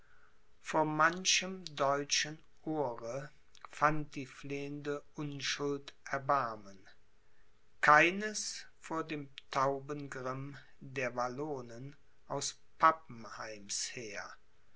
vor manchem deutschen ohre fand die flehende unschuld erbarmen keines vor dem tauben grimm der wallonen aus pappenheims heer